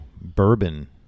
bourbon